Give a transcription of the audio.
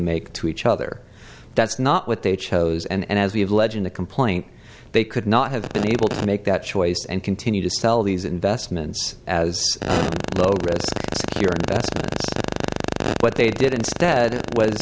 make to each other that's not what they chose and as we have ledge in the complaint they could not have been able to make that choice and continue to sell these investments as though risk your investment and what they did instead was